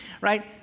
right